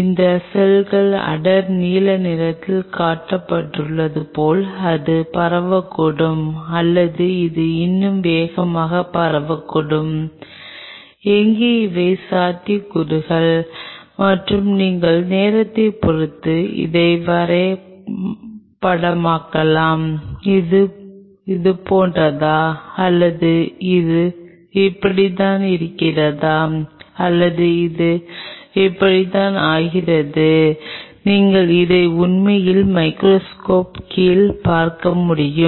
இந்த செல்கள் அடர் நீல நிறத்தில் காட்டப்படுவது போல் இது பரவக்கூடும் அல்லது இது இன்னும் வேகமாக பரவக்கூடும் எங்கே இவை சாத்தியக்கூறுகள் மற்றும் நீங்கள் நேரத்தைப் பொறுத்து இதை வரைபடமாக்கலாம் இது இதுபோன்றதா அல்லது இது இப்படித்தான் இருக்கிறதா அல்லது இது இப்படித்தான் ஆகிறது நீங்கள் இதை உண்மையில் மைகிரோஸ்கோப் கீழ் பார்க்க முடியும்